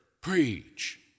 preach